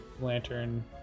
Lantern